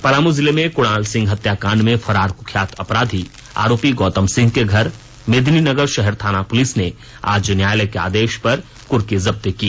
पलामू जिले में कुणाल सिंह हत्याकांड में फरार कुख्यात अपराधी आरोपी गौतम सिंह के घर मेदिनीनगर शहर थाना पुलिस ने आज न्यायालय के आदेश पर कुर्की जब्ती की